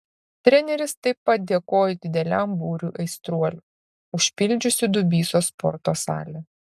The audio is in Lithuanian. treneris taip pat dėkojo dideliam būriui aistruolių užpildžiusių dubysos sporto salę